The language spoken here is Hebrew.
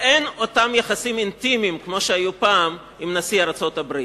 אין אותם יחסים אינטימיים שהיו פעם עם נשיא ארצות-הברית.